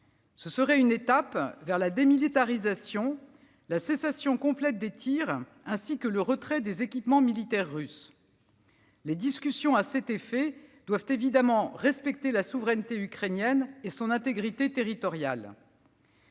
Ce serait une étape vers la démilitarisation, la cessation complète des tirs, ainsi que le retrait des équipements militaires russes. Les discussions en ce sens doivent naturellement respecter la souveraineté ukrainienne et son intégrité territoriale.